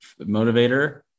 motivator